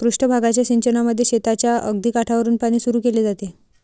पृष्ठ भागाच्या सिंचनामध्ये शेताच्या अगदी काठावरुन पाणी सुरू केले जाते